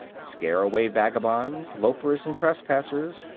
scare away vagabonds, loafers and trespassers,